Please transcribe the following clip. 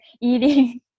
eating